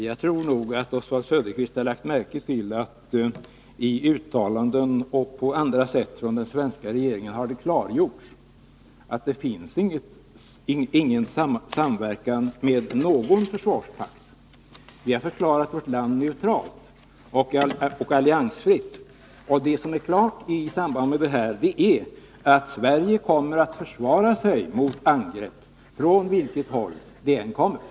Fru talman! Oswald Söderqvist har säkert lagt märke till att det i uttalanden och på andra sätt har klargjorts av den svenska regeringen att det inte förekommer någon samverkan med någon försvarspakt. Vi har förklarat vårt land neutralt och alliansfritt. Därav följer att Sverige kommer att försvara sig mot angrepp, från vilket håll det än kommer.